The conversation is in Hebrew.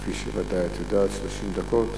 כפי שוודאי את יודעת, 30 דקות.